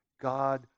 God